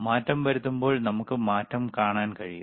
മാറ്റം വരുത്തുമ്പോൾ നമുക്ക് മാറ്റം കാണാൻ കഴിയും